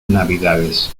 navidades